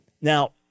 Now